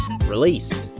released